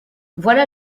voilà